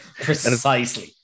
Precisely